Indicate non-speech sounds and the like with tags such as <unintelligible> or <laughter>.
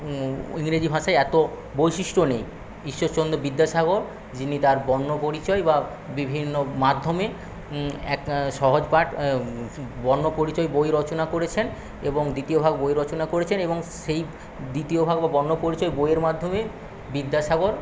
ইংরেজি ভাঁষায় এত বৈশিষ্ট্য নেই ঈশ্বরচন্দ্র বিদ্যাসাগর যিনি তাঁর বর্ণপরিচয় বা বিভিন্ন মাধ্যমে এক সহজপাঠ <unintelligible> বর্ণপরিচয় বই রচনা করেছেন এবং দ্বিতীয় ভাগ বই রচনা করেছেন এবং সেই দ্বিতীয় ভাগ বা বর্ণ পরিচয় বইয়ের মাধ্যমে বিদ্যাসাগর